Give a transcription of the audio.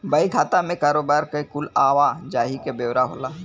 बही खाता मे कारोबार के कुल आवा जाही के ब्योरा होला